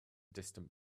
distant